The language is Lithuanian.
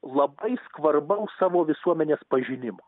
labai skvarbaus savo visuomenės pažinimo